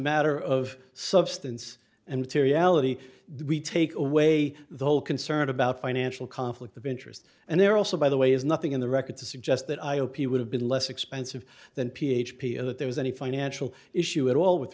matter of substance and materiality we take away the whole concern about financial conflict of interest and there also by the way is nothing in the record to suggest that i o p would have been less expensive than p h p and that there was any financial issue at all with